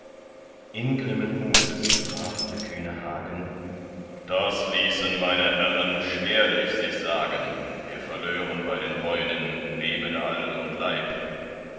ingrimmen mutes sprach der kühne hagen das ließen meine herren schwerlich sich sagen wir verlören bei den heunen leben all und leib